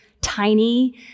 tiny